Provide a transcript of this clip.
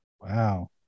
wow